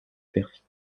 perfide